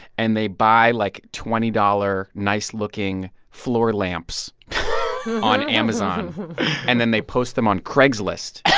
and they buy, like, twenty dollars nice-looking floor lamps on amazon and then they post them on craigslist.